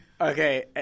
Okay